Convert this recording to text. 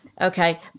Okay